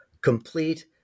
complete